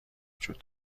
وجود